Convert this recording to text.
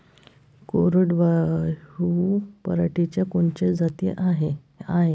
कोरडवाहू पराटीच्या कोनच्या जाती हाये?